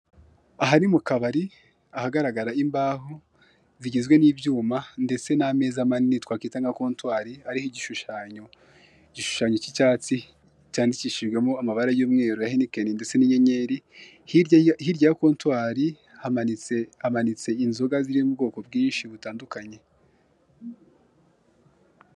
Aha ni mukabari, ahagaragara imbaho bigizwe n'ibyuma ndetse nameza manini twakwita nka kontwari ariho igishushanyo, igishushanyo cy'icyatsi cyandikishijwemo amabara y'umweru y'ahenikeni ndetse n'inyenyeri, hirya ya kontwari hamanitse inzoga ziri mu bwoko bwinshi butandukanye.